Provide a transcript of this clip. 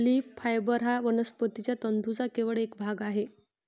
leaf fibre हा वनस्पती तंतूंचा केवळ एक भाग आहे